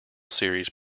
series